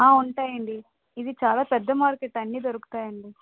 ఉంటాయండి ఇది చాలా పెద్ద మార్కెట్ అన్నీ దొరుకుతాయండి